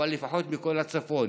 לפחות מכל הצפון.